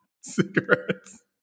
cigarettes